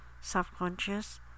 subconscious